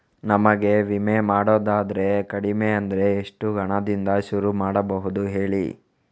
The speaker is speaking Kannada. ನಮಗೆ ವಿಮೆ ಮಾಡೋದಾದ್ರೆ ಕಡಿಮೆ ಅಂದ್ರೆ ಎಷ್ಟು ಹಣದಿಂದ ಶುರು ಮಾಡಬಹುದು ಹೇಳಿ